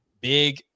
big